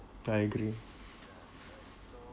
I agree